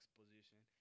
position